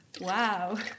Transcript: Wow